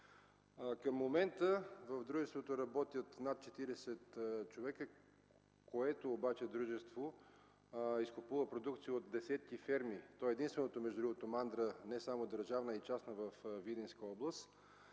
Към момента в дружеството работят над 40 човека, което дружество изкупува продукция от десетки ферми. Това е единствената мандра, не само държавна, а и частна, във Видинска област,